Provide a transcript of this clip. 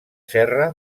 serra